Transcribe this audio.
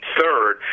third